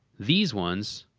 these ones.